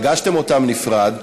הגשתם אותן בנפרד,